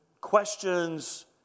questions